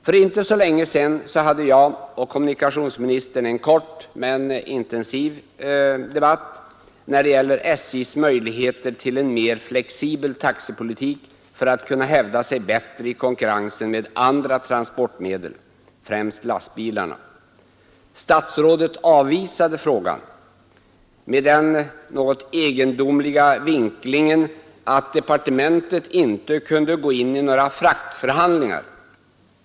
För inte så länge sedan hade jag och kommunikationsministern en kort men intensiv debatt om SJ:s möjligheter till en mer flexibel taxepolitik för att kunna hävda sig bättre i konkurrensen med andra transportmedel, främst lastbilarna. Statsrådet avvisade frågan med den egendomliga vinklingen att departementet inte kunde gå in i några fraktförhandlingar.